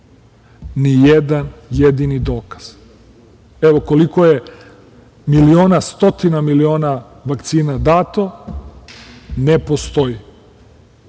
Ni jedan jedini dokaz. Evo, koliko je miliona, stotina miliona vakcina dato, ne postoji,